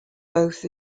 both